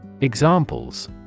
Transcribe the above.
Examples